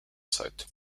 site